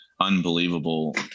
unbelievable